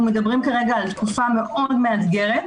אנחנו מדברים על תקופה מאוד מאתגרת,